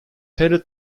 headed